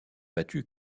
battu